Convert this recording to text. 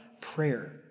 prayer